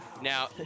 Now